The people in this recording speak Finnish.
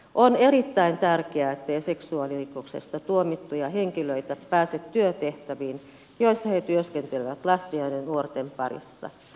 on erittäin tärkeää ettei seksuaalirikoksesta tuomittuja henkilöitä pääse työtehtäviin joissa he työskentelevät lasten ja nuorten parissa